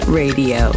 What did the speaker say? radio